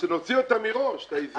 שנוציא אותם מראש, את העזים.